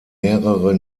mehrere